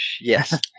Yes